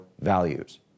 values